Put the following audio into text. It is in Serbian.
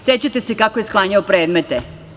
Sećate se kako je sklanjao predmete.